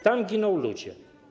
Tam giną ludzie.